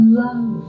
love